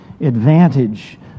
advantage